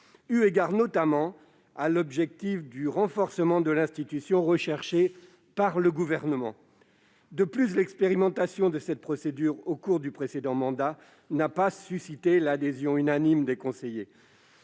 plénière, notamment eu égard au renforcement de l'institution souhaité par le Gouvernement. De plus, l'expérimentation de cette procédure au cours du précédent mandat n'a pas suscité l'adhésion unanime des conseillers.